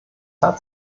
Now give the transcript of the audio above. hat